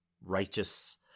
righteous